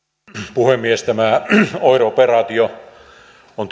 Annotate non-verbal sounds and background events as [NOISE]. puhemies tämä oir operaatio on [UNINTELLIGIBLE]